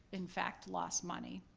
in fact, lost money.